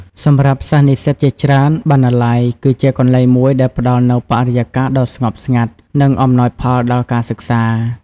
សម្រាប់សិស្សនិស្សិតជាច្រើន បណ្ណាល័យ គឺជាកន្លែងមួយដែលផ្តល់នូវបរិយាកាសដ៏ស្ងប់ស្ងាត់ និងអំណោយផលដល់ការសិក្សា។